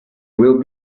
will